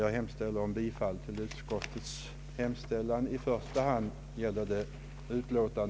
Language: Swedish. Jag hemställer om bifall till utskottets hemställan.